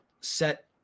set